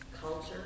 culture